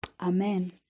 Amen